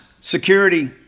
Security